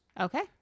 Okay